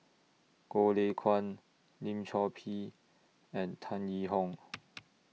Goh Lay Kuan Lim Chor Pee and Tan Yee Hong